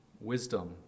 wisdom